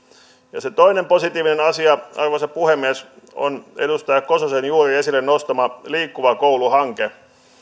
ja se toinen positiivinen asia arvoisa puhemies on edustaja kososen juuri esille nostama liikkuva koulu hanke